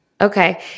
Okay